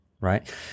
Right